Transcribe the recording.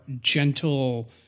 gentle